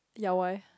ya why